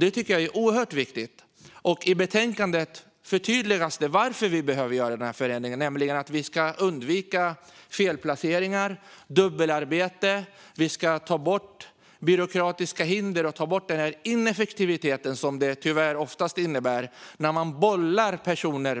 Det tycker jag är oerhört viktigt. I betänkandet förtydligas varför vi behöver göra den här förändringen, nämligen för att undvika felplaceringar och dubbelarbete, ta bort byråkratiska hinder och ta bort den ineffektivitet som det tyvärr oftast innebär när man